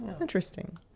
interesting